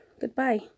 Goodbye